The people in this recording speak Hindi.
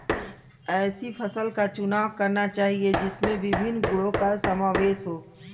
ऐसी फसल का चुनाव करना चाहिए जिसमें विभिन्न गुणों का समावेश हो